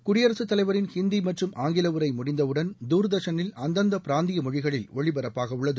குடியரசுத் தலைவரின் ஹிந்தி மற்றும் ஆங்கில உரை முடிந்தவுடன் தூர்தர்ஷனில் அந்தந்த பிராந்திய மொழிகளில் ஒளிபரப்பாகவுள்ளது